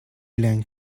leng